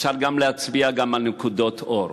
אפשר גם להצביע על נקודות אור.